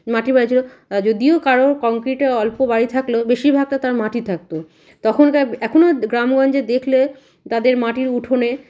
মাটির বাড়ি ছিল যদিও কারোর কংক্রিটের অল্প বাড়ি থাকলেও বেশিরভাগটা তার মাটি থাকত তখনকার এখনও গ্রামগঞ্জে দেখলে তাদের মাটির উঠোনে